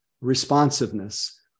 responsiveness